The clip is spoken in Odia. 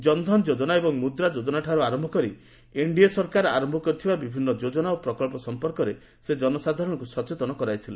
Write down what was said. ଜନଧନ ଯୋଚ୍ଚନା ଏବଂ ମୁଦ୍ରା ଯୋଜନାଠାରୁ ଆରମ୍ଭ କରି ଏନ୍ଡିଏ ସରକାର ଆରମ୍ଭ କରିଥିବା ବିଭିନ୍ନ ଯୋଜନା ଓ ପ୍ରକଳ୍ପ ସମ୍ପର୍କରେ ସେ ଜନସାଧାରଣଙ୍କୁ ସଚେତନ କରାଇଥିଲେ